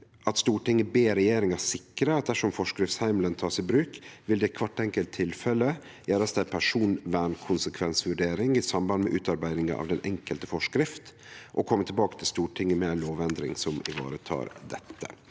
«Stortinget ber regjeringen sikre at dersom forskriftshjemmelen tas i bruk vil det i hvert enkelt tilfelle gjøres en personvernkonsekvensvurdering i forbindelse med utarbeidelsen av den enkelte forskrift, og komme tilbake til Stortinget med en lovendring som ivaretar dette.»